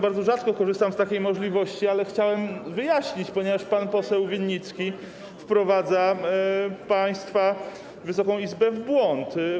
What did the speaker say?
Bardzo rzadko korzystam z takiej możliwości, ale chciałbym wyjaśnić, ponieważ pan poseł Winnicki wprowadza państwa, Wysoką Izbę w błąd.